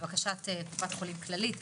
לבקשת קופת חולים כללית.